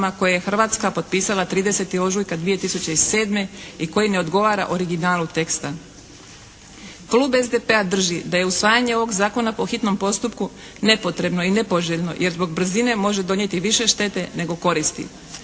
koje je Hrvatska potpisala 30. ožujka 2007. i koji ne odgovara originalu teksta. Klub SDP-a drži da je usvajanje ovog Zakona po hitnom postupku nepotrebno i nepoželjno jer zbog brzine može donijeti više štete nego koristi.